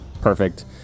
Perfect